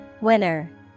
Winner